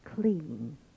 clean